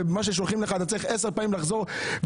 ומה ששולחים לך אתה צריך עוד עשר פעמים לחזור ולבקש,